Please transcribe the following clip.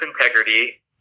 integrity